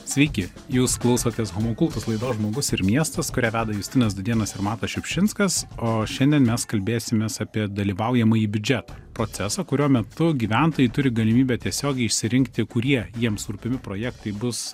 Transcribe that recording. sveiki jūs klausotės homo kultus laidos žmogus ir miestas kurią veda justinas dūdėnas ir matas šiupšinskas o šiandien mes kalbėsimės apie dalyvaujamąjį biudžetą procesą kurio metu gyventojai turi galimybę tiesiogiai išsirinkti kurie jiems rūpimi projektai bus